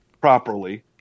properly